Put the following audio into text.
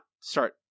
start